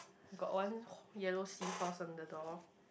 got one yellow sea horse on the door